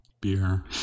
beer